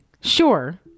Sure